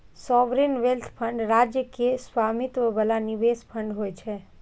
sovereign wealth fund राज्य के स्वामित्व बला निवेश फंड होइ छै